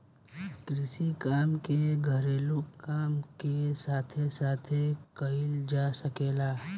कृषि काम के घरेलू काम के साथे साथे कईल जा सकेला